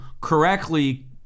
correctly